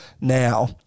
now